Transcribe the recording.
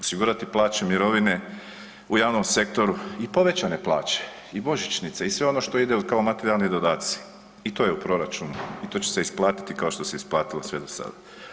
Osigurati plaće, mirovine u javnom sektoru i povećane plaće i božićnice i sve ono što ide kao materijalni dodaci i to je u proračunu i to će se isplatiti kao što se isplatilo sve do sada.